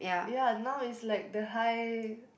ya now is like the high